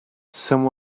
some